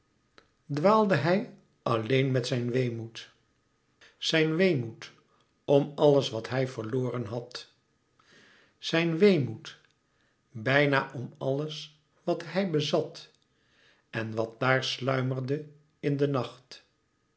dwaalde hij alleen met zijn weemoed zijn weemoed om alles wat hij verloren had zijn weemoed bijna om alles wat hij bezat en wat daar sluimerde in de nacht